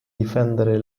difendere